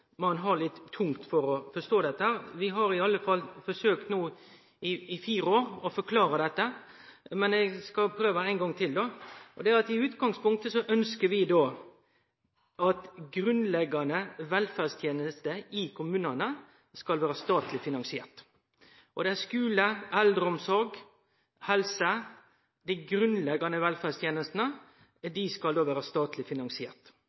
ein har litt tungt for å forstå det. Vi har i alle fall forsøkt i fire år no å forklare det, men eg skal prøve ein gong til. I utgangspunktet ønskjer vi at grunnleggjande velferdstenester i kommunane skal vere statleg finansierte. Skule, eldreomsorg, helse – dei grunnleggjande velferdstenestane – skal vere statleg finansierte. Då treng kommunane sjølvsagt ikkje så mykje pengar, i og med at dette blir finansiert